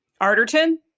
Arterton